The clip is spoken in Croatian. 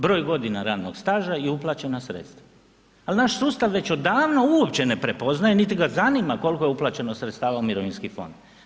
Broj godina radnog staža i uplaćena sredstva ali naš sustav već odavno uopće ne prepoznaje niti ga zanima koliko je uplaćeno sredstava u mirovinski fond.